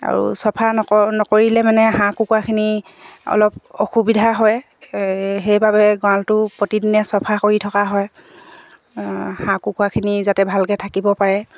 আৰু চাফা নক নকৰিলে মানে হাঁহ কুকুৰাখিনি অলপ অসুবিধা হয় সেইবাবে গাঁৰালটো প্ৰতিদিনে চাফা কৰি থকা হয় হাঁহ কুকুৰাখিনি যাতে ভালকে থাকিব পাৰে